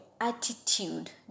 attitude